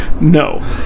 No